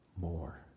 More